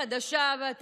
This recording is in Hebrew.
ואתה יודע מה,